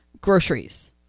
groceries